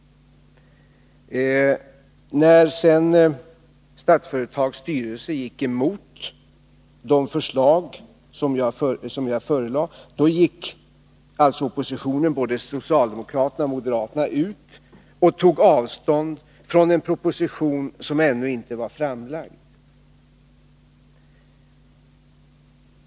När sedan Statsföretags styrelse gick emot mina förslag gick också oppositionen, både socialdemokraterna och moderaterna, ut och tog avstånd från en proposition som ännu inte var framlagd.